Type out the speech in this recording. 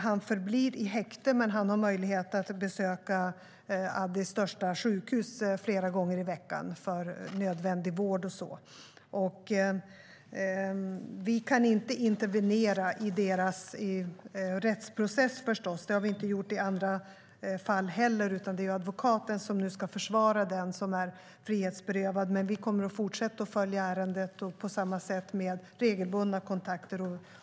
Han förblir häktad, men han har möjlighet att besöka Addis största sjukhus flera gånger i veckan för nödvändig vård och liknande. Vi kan förstås inte intervenera i deras rättsprocess. Det har vi inte gjort i andra fall heller. Det är advokaten som ska försvara den som är frihetsberövad. Men vi kommer att fortsätta följa ärendet på samma sätt, med regelbundna kontakter.